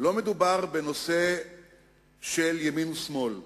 שלא מדובר בנושא של ימין ושמאל.